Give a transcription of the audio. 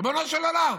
ריבונו של עולם?